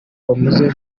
babuze